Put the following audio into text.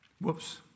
Whoops